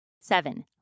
Seven